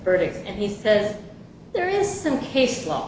verdict and he says there is some case law